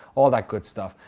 all that good stuff.